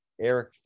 Eric